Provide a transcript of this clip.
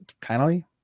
kindly